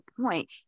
point